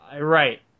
Right